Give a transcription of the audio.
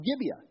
Gibeah